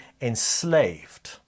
enslaved